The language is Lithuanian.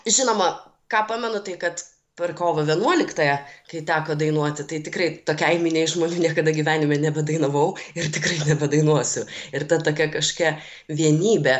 žinoma ką pamenu tai kad per kovo vienuoliktąją kai teko dainuoti tai tikrai tokiai miniai žmonių niekada gyvenime nebedainavau ir tikrai nebedainuosiu ir ta tokia kažkokia vienybė